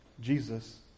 Jesus